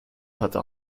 hatte